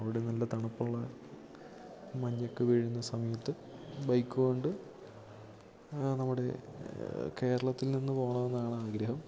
അവിടെ നല്ല തണുപ്പുള്ള മഞ്ഞൊക്കെ വീഴുന്ന സമയത്ത് ബൈക്ക് കൊണ്ട് നമ്മുടെ കേരളത്തിൽ നിന്ന് പോകണമെന്നാണ് ആഗ്രഹം